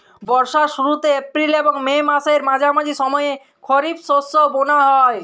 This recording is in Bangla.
বর্ষার শুরুতে এপ্রিল এবং মে মাসের মাঝামাঝি সময়ে খরিপ শস্য বোনা হয়